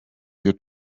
your